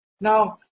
Now